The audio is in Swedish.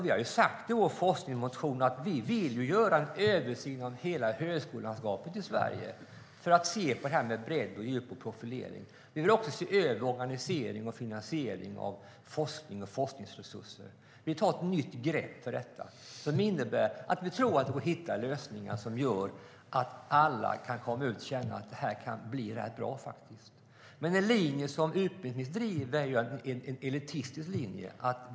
Vi har sagt i vår forskningsmotion att vi vill göra en översyn av hela högskolelandskapet i Sverige för att se på bredd, djup och profilering. Vi vill också se över organisering och finansiering av forskning och forskningsresurser. Vi tar ett nytt grepp, och vi tror att det går att hitta lösningar som gör att alla kan känna att det kan bli rätt bra. Den linje som utbildningsministern driver är elitistisk.